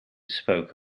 spoke